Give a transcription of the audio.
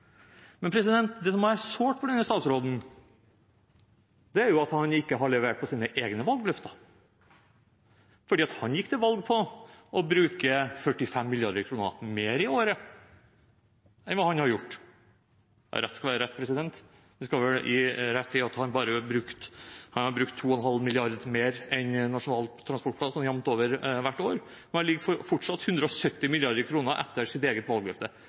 Men det som må være sårt for denne statsråden, er at han ikke har levert på sine egne valgløfter, for han gikk til valg på å bruke 45 mrd. kr mer i året enn hva han har gjort. Rett skal være rett: Jeg skal gi ham rett i at han har brukt 2,5 mrd. kr mer enn Nasjonal transportplan, jevnt over, hvert år. Han ligger fortsatt 170 mrd. kr etter sitt eget valgløfte.